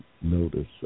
notice